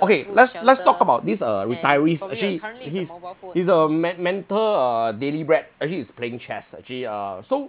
okay let's let's talk about these uh retirees actually actually it's a men mental uh daily bread actually is playing chess actually uh so